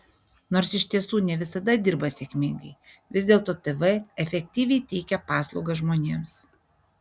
nors ir iš tiesų ne visada dirba sėkmingai vis dėlto tv efektyviai teikia paslaugas žmonėms